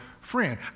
friend